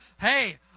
hey